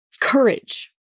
Courage